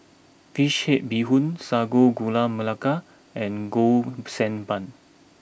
Fish Head Bee Hoon Sago Gula Melaka and Golden Sand Bun